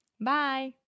Bye